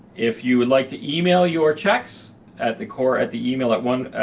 if you would like to email your checks at the core at the email at one,